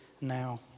now